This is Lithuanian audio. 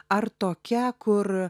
ar tokia kur